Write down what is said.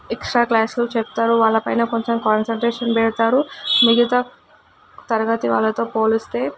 extra క్లాస్లు చెప్తారు వాళ్ళ పైన కొంచెం కాన్సంట్రేషన్ పెడతారు మిగతా తరగతి వాళ్ళతో పోలిస్తే